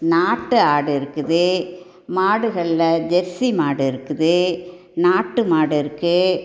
நாட்டு ஆடு இருக்குது மாடுகளில் ஜெசி மாடு இருக்குது நாட்டு மாடு இருக்குது